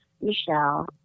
Michelle